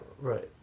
right